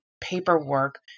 paperwork